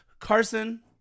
Carson